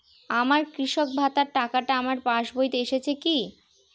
আমার কৃষক ভাতার টাকাটা আমার পাসবইতে এসেছে কি?